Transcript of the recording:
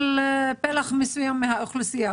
מורידים את הניקוד של פלח מסוים מהאוכלוסייה,